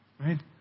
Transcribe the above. Right